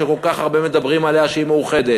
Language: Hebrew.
שכל כך הרבה מדברים עליה שהיא מאוחדת,